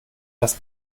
das